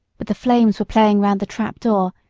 but the flames were playing round the trapdoor,